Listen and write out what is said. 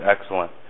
excellent